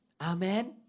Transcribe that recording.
Amen